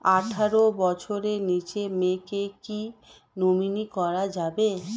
আঠারো বছরের নিচে মেয়েকে কী নমিনি করা যাবে?